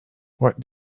what